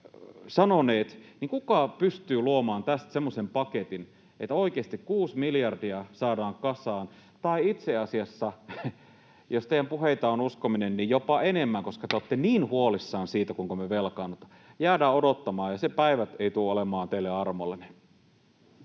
sanoneet, pystyy luomaan tästä semmoisen paketin, että oikeasti kuusi miljardia saadaan kasaan, tai itse asiassa, jos teidän puheitanne on uskominen, jopa enemmän, koska te olette niin huolissanne siitä, kuinka me velkaannutaan. Jäädään odottamaan, ja se päivä ei tule olemaan teille armollinen.